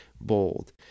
bold